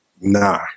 Nah